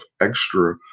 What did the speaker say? extra